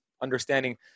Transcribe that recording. understanding